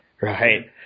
Right